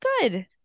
good